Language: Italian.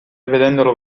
vedendolo